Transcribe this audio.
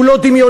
הוא לא דמיוני,